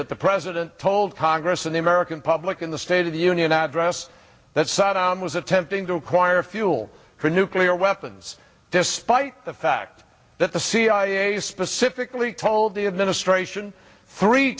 that the president told congress and the american public in the state of the union address that saddam was attempting to acquire fuel for nuclear weapons despite the fact that the cia specifically told the administration three